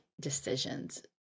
decisions